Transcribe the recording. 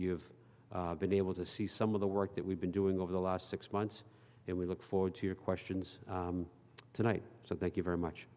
you've been able to see some of the work that we've been doing over the last six months and we look forward to your questions tonight so thank you very much